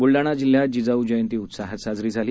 बुलडाणा जिल्ह्यात जिजाऊ जयंती उत्साहात साजरी झाली